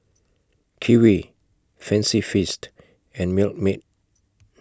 Kiwi Fancy Feast and Milkmaid